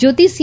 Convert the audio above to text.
Jyoti C